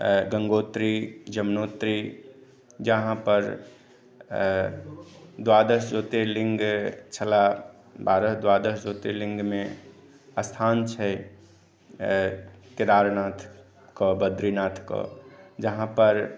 गङ्गोत्री यमनोत्री जहाँ पर द्वादश ज्योतिर्लिङ्ग छलए बारह द्वादश ज्योतिर्लिङ्गमे स्थान छै केदारनाथ के बद्रीनाथ के जहाँ पर